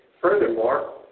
Furthermore